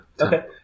Okay